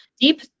deep